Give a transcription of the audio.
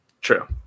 true